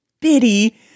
bitty